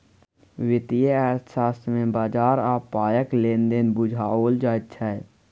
वित्तीय अर्थशास्त्र मे बजार आ पायक लेन देन बुझाओल जाइत छै